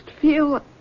feel